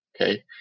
Okay